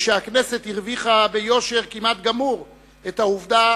ושהכנסת הרוויחה ביושר כמעט גמור את העובדה